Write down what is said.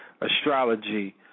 Astrology